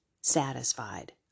satisfied